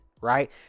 right